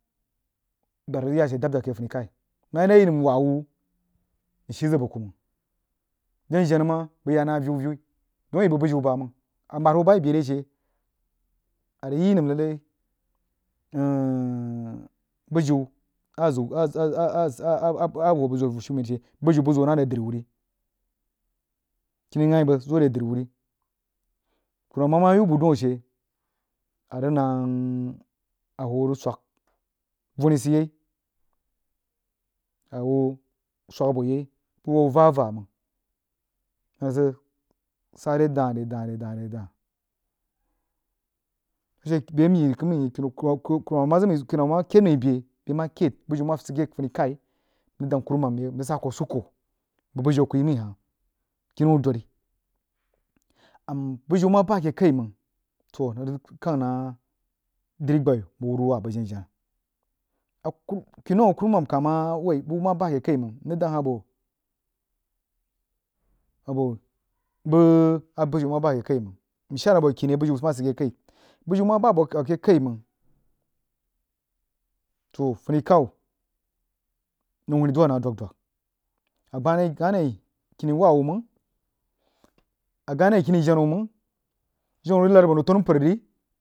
Gbara ng ya sɦe dab- dab keh fanni kai mare wuh ayi nəm waah- wah a shii zəg bəg ku məng jen- jenna ma bəg ya nah aviu- viu don ayi bəg bujiu bam amad huoh bəg yi bai re she arigyi nəm lalai ahh bujiu azaiu a huoh bəg zoo fuishumen she bəg zoo nare driwuh ri kini yanghyi bəg zoo re wuh ri kummam ma yiu buh daun ashe ang nangha ahuohng swək vunni sul ye ahuoh swək buohyei abəg ku vah- vah məng nəng rig sare dali re dah re dah a she beh amyi kummam kheid mai behi beh ma kheid biyu ma sid keh funni kahi nrig dangha kurumam yi nrig sa kuh usuko bəg biyu aku yimai hah kinnau don bujiu ma ba keh kai məng toh nəng ng khangha nah dri gbayi bəg wurwa bəg jer jenna aku kinnau akummam kah ma woi buh ma bah keh kai məng nring dangha buoh bəg abujiu ma bah keh kai məng nrig shar abo kini a bujin ma sul keh kaibujin ma bah abo, akeh kai məng toh funni khau nau hunni righ dwəg- nah dwəg- dwəg a gane kini waah- wah məng, agane kini jenna wah məng jenna wuh rig nad a nau tannu mpər ri.